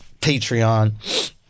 Patreon